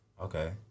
Okay